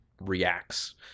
reacts